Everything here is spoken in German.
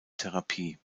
therapie